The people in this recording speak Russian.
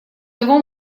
того